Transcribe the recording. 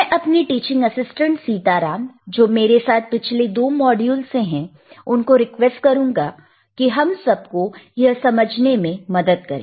मैं अपने teaching assistant Sitaram जो मेरे साथ पिछले 2 मॉड्यूल से हैं उनको रिक्वेस्ट करूंगा कि हम सब को यह समझने में मदद करें